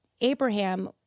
Abraham